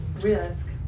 risk